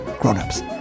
grown-ups